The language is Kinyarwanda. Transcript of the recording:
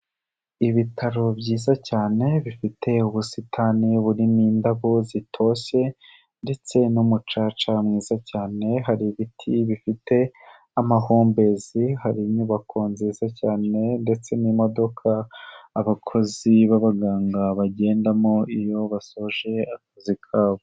ibitaro byiza cyane, bifite ubusitani burimo indabo zitoshye ndetse n'umucaca mwiza cyane, hari ibiti bifite amahumbezi, hari inyubako nziza cyane ndetse n'imodoka abakozi b'abaganga bagendamo iyo basoje akazi kabo.